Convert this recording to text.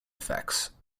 effects